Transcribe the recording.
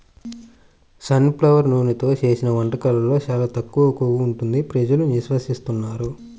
sun flower నూనెతో చేసిన వంటకాల్లో చాలా తక్కువ కొవ్వు ఉంటుంది ప్రజలు విశ్వసిస్తున్నారు